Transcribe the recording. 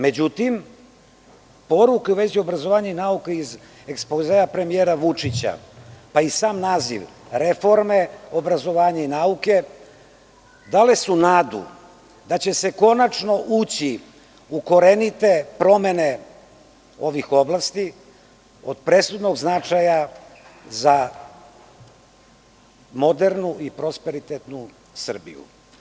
Međutim, poruke u vezi obrazovanja i nauke iz ekspozea premijera Vučića, pa i sam naziv reforme obrazovanja i nauke, dale su nadu da će se konačno ući u korenite promene ovih oblasti, od presudnog značaja za modernu i prosperitetnu Srbiju.